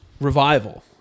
revival